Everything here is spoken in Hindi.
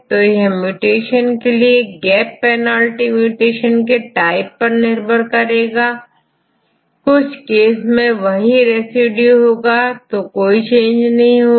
तो म्यूटेशन के लिए गैप पेनाल्टी म्यूटेशन के टाइप पर निर्भर करेगी कुछ केस में वही रेसिड्यू होगा तो कोई चेंज नहीं दिखेगा